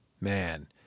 man